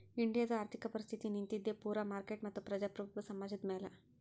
ಇಂಡಿಯಾದು ಆರ್ಥಿಕ ಪರಿಸ್ಥಿತಿ ನಿಂತಿದ್ದೆ ಪೂರಾ ಮಾರ್ಕೆಟ್ ಮತ್ತ ಪ್ರಜಾಪ್ರಭುತ್ವ ಸಮಾಜದ್ ಮ್ಯಾಲ